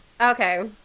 Okay